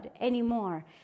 anymore